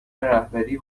رهبری